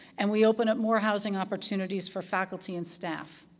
and we open up more housing opportunities for faculty and staff.